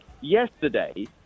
yesterday